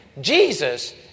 Jesus